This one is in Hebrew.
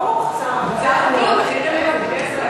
ברור, שר החקלאות, איך לא.